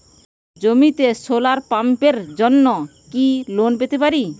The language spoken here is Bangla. জমিতে সোলার পাম্পের জন্য কি লোন পেতে পারি?